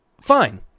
fine